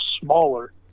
smaller